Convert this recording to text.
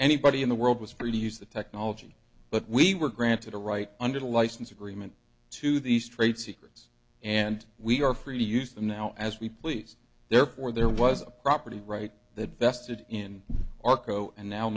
anybody in the world was free to use the technology but we were granted a right under the license agreement to these trade secrets and we are free to use them now as we please therefore there was a property right that vested in arco and now